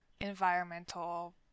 environmental